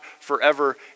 forever